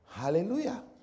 Hallelujah